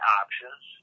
options